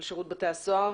של שירות בתי הסוהר,